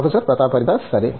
professor Pratap Haridas సరే